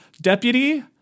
deputy